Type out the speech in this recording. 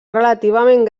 relativament